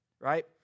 right